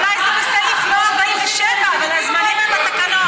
אולי זה לא בסעיף 47, אבל הזמנים הם בתקנון.